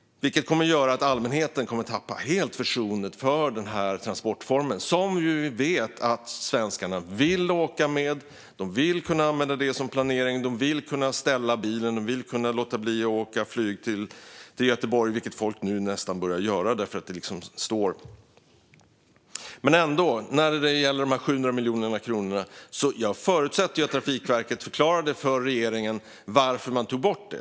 Detta kommer att göra att allmänheten helt kommer att tappa förtroendet för denna transportform som vi vet att svenskarna vill använda. De vill kunna planera att åka tåg, de vill kunna ställa bilen och de vill kunna låta bli att flyga till Göteborg, vilket folk nu nästan börjar göra när tågen står. När det gäller dessa 700 miljoner kronor förutsätter jag att Trafikverket förklarade för regeringen varför man tog bort dem.